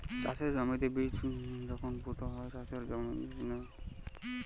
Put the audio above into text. চাষের জমিতে বীজ যখল পুঁতা হ্যয় চাষের জ্যনহে